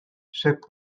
shaped